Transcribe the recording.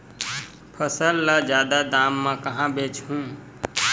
फसल ल जादा दाम म कहां बेचहु?